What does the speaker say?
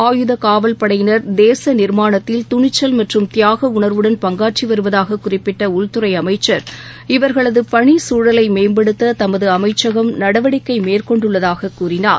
ஆயுதக் காவல் படையினர் தேச நிர்மானத்தில் துணிச்சல் மற்றும் தியாக உணர்வுடன் பங்காற்றி வருவதாகக் குறிப்பிட்ட உள்துறை அமைச்சர் இவர்களது பணி குழலை மேம்படுத்த தமது அமைச்சகம் நடவடிக்கை மேற்கொண்டுள்ளதாகக் கூறினார்